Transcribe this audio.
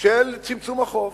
של צמצום החוב.